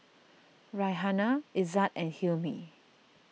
Raihana Izzat and Hilmi